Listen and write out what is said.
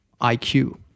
IQ